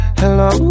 hello